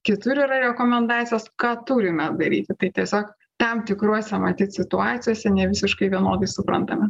kitur yra rekomendacijos ką turime daryti tai tiesiog tam tikruose matyt situacijose nevisiškai vienodai suprantame